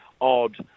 odd